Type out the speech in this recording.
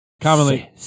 Commonly